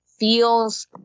Feels